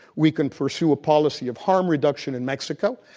we can pursue a policy of harm reduction in mexico.